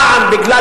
פעם בגלל